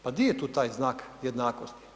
Pa di je tu taj znak jednakosti?